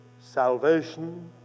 Salvation